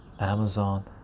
Amazon